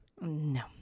No